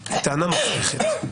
היא טענה מופרכת.